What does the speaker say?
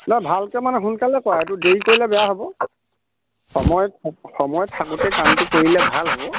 ন ভালকে মানে সোনকালে কৰা এইটো দেৰি কৰিলে বেয়া হ'ব সময় সময় থাকোঁতে কামটো কৰিলে ভাল হ'ব